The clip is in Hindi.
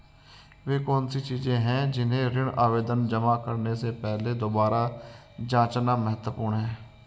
वे कौन सी चीजें हैं जिन्हें ऋण आवेदन जमा करने से पहले दोबारा जांचना महत्वपूर्ण है?